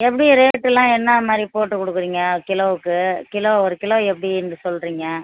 எப்படி ரேட்டுலாம் என்ன மாதிரி போட்டுக் கொடுக்குறீங்க கிலோவுக்கு கிலோ ஒரு கிலோ எப்படின்னு சொல்கிறீங்க